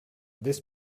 this